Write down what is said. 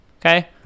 okay